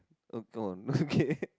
oh gone okay